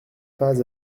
pas